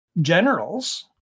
generals